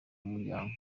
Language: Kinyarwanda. umuryango